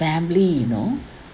family you know